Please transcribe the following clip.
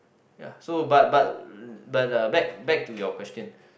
ya so but but but uh back back to your question